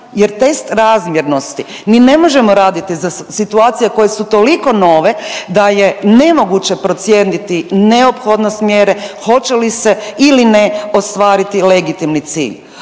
jer test razmjernosti ni ne možemo raditi za situacije koje su toliko nove da je nemoguće procijeniti neophodnost mjere, hoće li se ili ne ostvariti legitimni cilj.